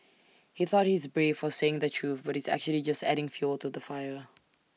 he thought he's brave for saying the truth but he's actually just adding fuel to the fire